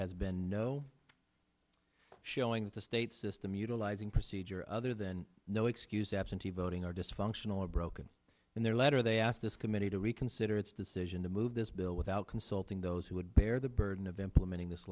has been no showing with the state system utilizing procedure other than no excuse absentee voting are dysfunctional or broken in their letter they ask this committee to reconsider its decision to move this bill without consulting those who would bear the burden of implementing this